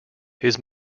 his